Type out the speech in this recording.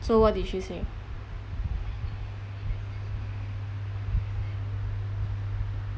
so what did you think